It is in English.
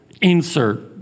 insert